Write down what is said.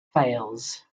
fails